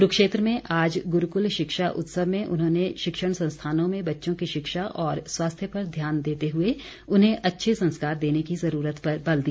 कुरूक्षेत्र में आज गुरूकुल शिक्षा उत्सव में उन्होंने शिक्षण संस्थानों में बच्चों की शिक्षा और स्वास्थ्य पर ध्यान देते हुए उन्हें अच्छे संस्कार देने की ज़रूरत पर बल दिया